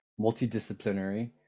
multidisciplinary